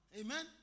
Amen